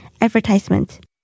advertisement